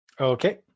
Okay